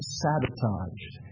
sabotaged